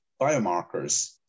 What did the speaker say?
biomarkers